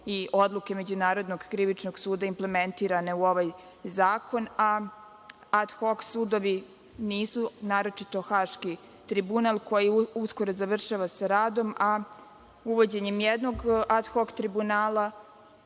i odluke Međunarodnog krivičnog suda implementirane u ovaj zakon, a ad hok sudovi nisu, naročito Haški tribunal koji uskoro završava sa radom, a uvođenjem jednog ad hok tribunala